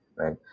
right